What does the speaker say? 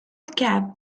cap